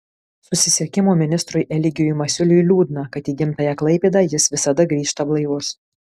susisiekimo ministrui eligijui masiuliui liūdna kad į gimtąją klaipėdą jis visada grįžta blaivus